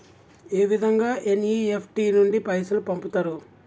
ఏ విధంగా ఎన్.ఇ.ఎఫ్.టి నుండి పైసలు పంపుతరు?